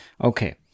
Okay